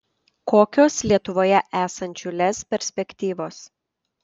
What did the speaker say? kokios lietuvoje esančių lez perspektyvos